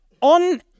on